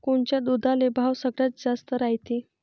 कोनच्या दुधाले भाव सगळ्यात जास्त रायते?